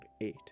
eight